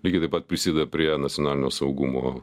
lygiai taip pat prisideda prie nacionalinio saugumo